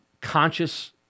conscious